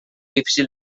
difícil